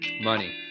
Money